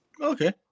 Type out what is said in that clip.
Okay